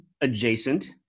adjacent